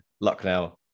Lucknow